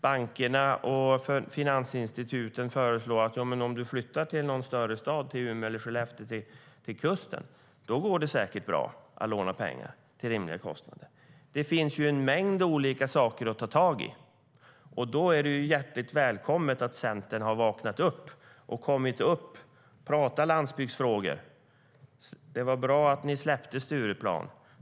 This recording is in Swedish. Bankerna och finansinstituten föreslår att om företaget flyttar till en större stad, till exempel Umeå eller Skellefteå vid kusten, då går det säkert bra att låna pengar till rimliga kostnader. Det finns alltså en mängd olika saker att ta tag i, och därför är det hjärtligt välkommet att Centern har vaknat upp och börjat prata landsbygdsfrågor. Det var bra att ni släppte Stureplan.